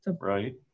Right